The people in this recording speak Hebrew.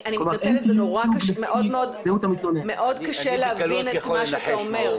אני מתנצלת, מאוד קשה להבין מה שאתה אומר.